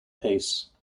pace